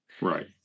right